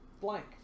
Blank